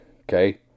okay